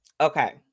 okay